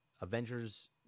Avengers